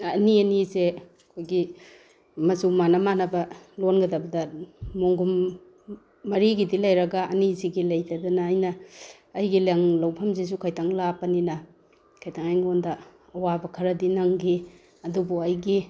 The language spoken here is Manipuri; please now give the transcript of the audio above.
ꯑꯅꯤ ꯑꯅꯤꯁꯦ ꯑꯩꯈꯣꯏꯒꯤ ꯃꯆꯨ ꯃꯥꯟꯅ ꯃꯥꯟꯅꯕ ꯂꯣꯟꯒꯗꯕꯗ ꯃꯣꯟꯈꯨꯝ ꯃꯔꯤꯒꯤꯗꯤ ꯂꯩꯔꯒ ꯑꯅꯤꯁꯤꯒꯤ ꯂꯩꯇꯗꯅ ꯑꯩꯅ ꯑꯩꯒꯤ ꯂꯪ ꯂꯧꯐꯝꯁꯤꯁꯨ ꯈꯤꯇꯪ ꯂꯥꯞꯄꯅꯤꯅ ꯈꯤꯇꯪ ꯑꯩꯉꯣꯟꯗ ꯑꯋꯥꯕ ꯈꯔꯗꯤ ꯅꯪꯈꯤ ꯑꯗꯨꯕꯨ ꯑꯩꯒꯤ